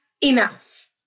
enough